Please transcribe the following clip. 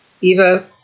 Eva